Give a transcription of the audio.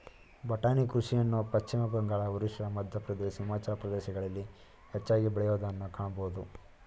ಬಟಾಣಿ ಕೃಷಿಯನ್ನು ಪಶ್ಚಿಮಬಂಗಾಳ, ಒರಿಸ್ಸಾ, ಮಧ್ಯಪ್ರದೇಶ್, ಹಿಮಾಚಲ ಪ್ರದೇಶಗಳಲ್ಲಿ ಹೆಚ್ಚಾಗಿ ಬೆಳೆಯೂದನ್ನು ಕಾಣಬೋದು